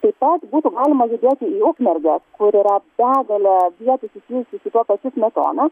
taip pat būtų galima judėti į ukmergę kur yra begalė vietų susijusių su tuo pačiu smetona